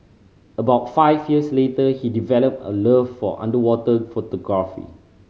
about five years later he developed a love for underwater photography